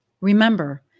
Remember